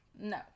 no